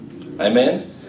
Amen